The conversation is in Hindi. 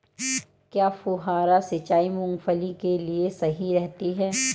क्या फुहारा सिंचाई मूंगफली के लिए सही रहती है?